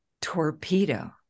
torpedo